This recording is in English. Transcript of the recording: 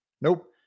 Nope